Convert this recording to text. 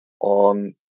on